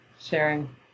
sharing